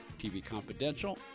tvconfidential